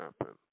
happen